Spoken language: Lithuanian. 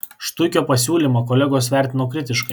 štuikio pasiūlymą kolegos vertino kritiškai